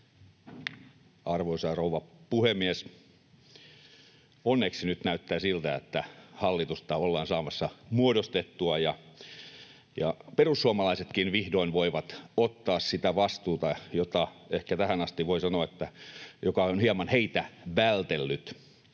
Arvoisa rouva puhemies! Onneksi nyt näyttää siltä, että hallitusta ollaan saamassa muodostettua, ja perussuomalaisetkin vihdoin voivat ottaa sitä vastuuta, joka ehkä tähän asti, voi sanoa, on hieman heitä vältellyt.